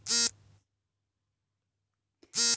E commerce ರೈತರ ನಂಬಿಕೆಗೆ ಅರ್ಹವೇ?